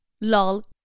lol